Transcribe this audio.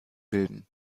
bilden